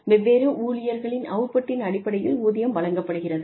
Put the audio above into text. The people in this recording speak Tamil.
வெவ்வேறு ஊழியர்களின் அவுட்புட்டின் அடிப்படையில் ஊதியம் வழங்கப்படுகிறது